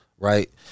right